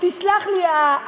תסלח לי,